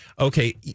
Okay